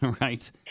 right